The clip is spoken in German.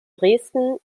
dresden